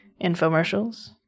infomercials